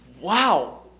wow